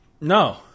No